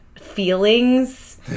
Feelings